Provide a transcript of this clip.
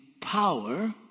power